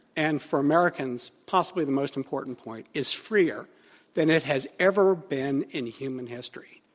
and for americans possibly the most important point is freer than it has ever been in human history.